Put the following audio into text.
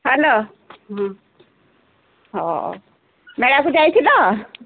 hello ହଁ ହଉ ମେଳାକୁ ଯାଇଥିଲ